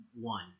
one